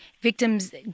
victims